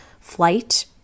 flight